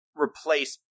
replace